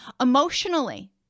Emotionally